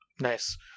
Nice